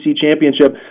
championship